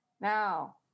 Now